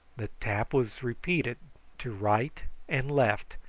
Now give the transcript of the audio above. the tap was repeated to right and left,